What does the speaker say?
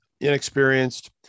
inexperienced